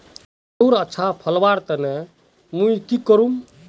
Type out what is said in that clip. आलूर अच्छा फलवार तने नई की करूम?